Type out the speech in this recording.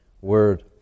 word